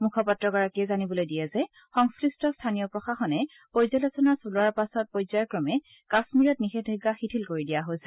মুখপাত্ৰগৰাকীয়ে জানিবলৈ দিয়ে যে সংশ্লিষ্ট স্থানীয় প্ৰশাসনে পৰ্যালোচনা চলোৱাৰ পাছত পৰ্যায়ক্ৰমে কাশ্মীৰত নিষেধাজ্ঞা শিথিল কৰি দিয়া হৈছে